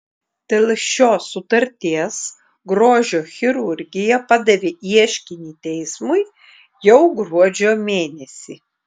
dėl šios sutarties grožio chirurgija padavė ieškinį teismui jau gruodžio mėnesį